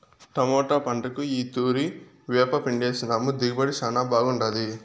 tomato పంటకు ఈ తూరి వేపపిండేసినాము దిగుబడి శానా బాగుండాది